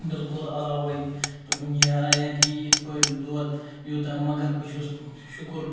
بِلکُل عَلاوَے دوٚپُن یارَ یا دی یِتھ پٲٹھۍ دۄد یوٗتَاہ مَگَر بہٕ چھُس شُکُر